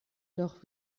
doch